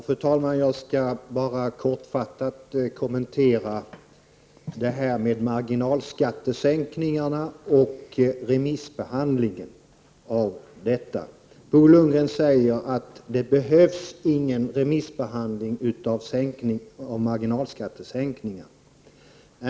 Fru talman! Jag skall kortfattat kommentera vad som sagts om marginalskattesänkningarna och remissbehandlingen av detta förslag. Bo Lundgren säger att det inte behövs någon remissbehandling av förslaget om marginalskattesänkning.